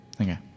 Okay